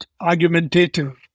argumentative